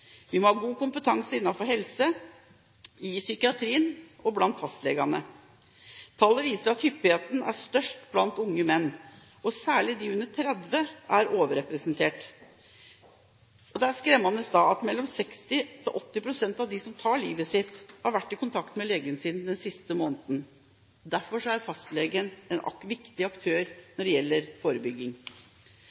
Vi må ha god kompetanse innenfor helse, i psykiatrien og blant fastlegene. Tallene viser at hyppigheten er størst blant unge menn, og særlig de under 30 er overrepresentert. Da er det skremmende at mellom 60 og 80 pst. av dem som tar livet sitt, har vært i kontakt med legen sin den siste måneden. Derfor er fastlegen en viktig aktør når det gjelder forebygging.